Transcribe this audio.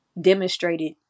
demonstrated